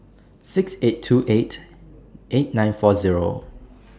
six eight two eight eight nine four Zero